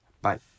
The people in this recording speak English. Bye